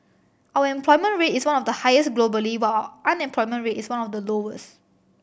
our employment rate is one of the highest globally while unemployment rate is one of the lowest